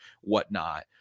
whatnot